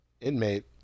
inmate